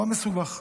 מה מסובך?